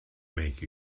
make